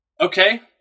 okay